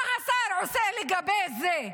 מה השר עושה לגבי זה?